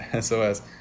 SOS